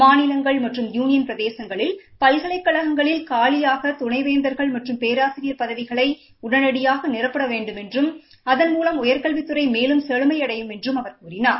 மாநிலங்கள் மற்றும் யுனியன் பிரதேசங்களில் பல்கலைக்கழகங்களில் காலியாக துணைவேந்தர்கள் மற்றும் பேராசிரியர் பதவிகளை உடனடியாக நிரப்ப வேண்டுமென்றும் அதன் மூலம் உயர்கல்வித்துறை மேலும் செழுமையடையும் என்றம் அவர் கூறினார்